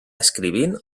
escrivint